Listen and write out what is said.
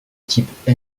type